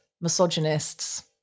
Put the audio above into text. misogynists